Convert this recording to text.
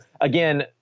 again